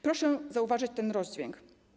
Proszę zauważyć ten rozdźwięk.